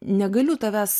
negaliu tavęs